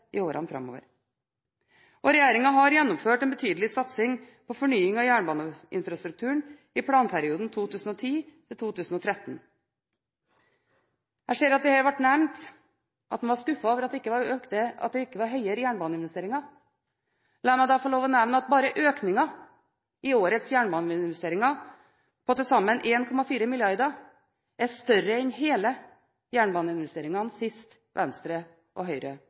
i årene framover. Regjeringen har gjennomført en betydelig satsing på fornying av jernbaneinfrastrukturen i planperioden 2010–2013. Jeg ser at dette er nevnt og at en var skuffet over at det ikke var høyere jernbaneinvesteringer. La meg da få nevne at bare økningen i årets jernbaneinvesteringer på til sammen 1,4 mrd. kr er større enn hele jernbaneinvesteringen sist Venstre og Høyre